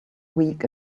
week